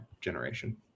generation